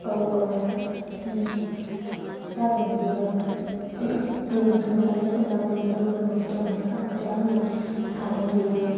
औ औ आदा जागोन बिदिबाबो संनायालाय संजागौमोन लोगोफोरबो फैदोंमोन ना ओमफ्राय दा हनै खारेन्ट गैया